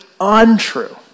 untrue